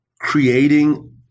Creating